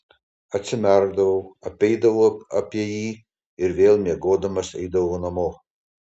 atsimerkdavau apeidavau apie jį ir vėl miegodamas eidavau namo